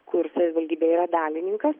kur savivaldybė yra dalininkas